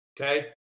okay